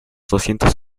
doscientos